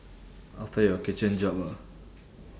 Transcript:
after your kitchen job ah